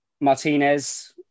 martinez